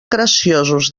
graciosos